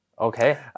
okay